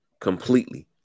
completely